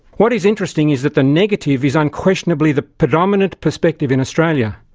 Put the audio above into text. what is interesting is that the negative is unquestionably the predominant perspective in australia.